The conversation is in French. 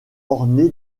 orné